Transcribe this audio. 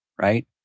Right